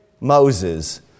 Moses